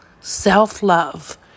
self-love